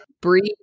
breathe